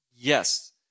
yes